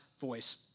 voice